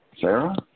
Sarah